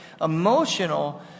emotional